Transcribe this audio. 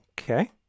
Okay